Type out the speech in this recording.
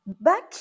Back